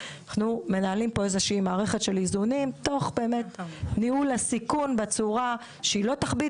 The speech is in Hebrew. מנהלים מערכת של איזונים תוך ניהול הסיכון בצורה שלא תכביד